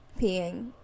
Peeing